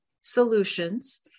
solutions